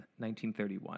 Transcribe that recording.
1931